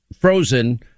frozen